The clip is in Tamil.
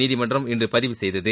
நீதிமன்றம் இன்று பதிவு செய்தது